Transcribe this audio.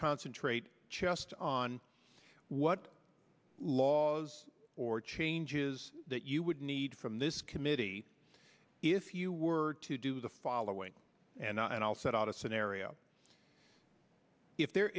concentrate just on what laws or changes that you would need from this committee if you were to do the following and i'll set out a scenario if there